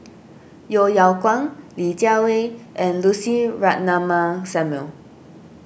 Yeo Yeow Kwang Li Jiawei and Lucy Ratnammah Samuel